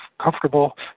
comfortable